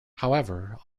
however